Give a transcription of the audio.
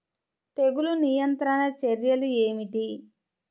తెగులు నియంత్రణ చర్యలు ఏమిటి?